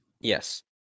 yes